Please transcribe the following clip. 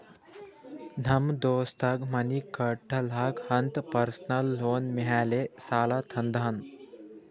ನಮ್ ದೋಸ್ತಗ್ ಮನಿ ಕಟ್ಟಲಾಕ್ ಅಂತ್ ಪರ್ಸನಲ್ ಲೋನ್ ಮ್ಯಾಲೆ ಸಾಲಾ ತಂದಾನ್